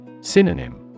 Synonym